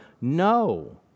No